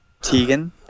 tegan